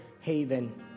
haven